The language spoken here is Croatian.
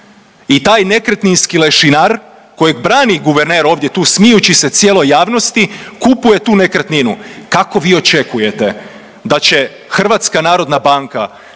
I taj nekretninski lešinar kojeg brani guverner ovdje tu smijući se cijeloj javnosti kupuje tu nekretninu. Kako vi očekujete da će HNB koja ima